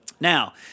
Now